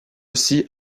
aussi